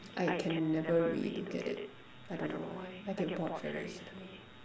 I can never relook at it I don't know why I get bored very easily